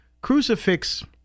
crucifix